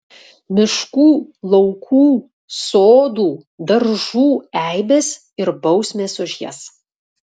miškų laukų sodų daržų eibės ir bausmės už jas